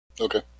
Okay